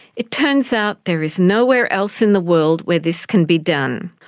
it turns out there is nowhere else in the world where this can be done.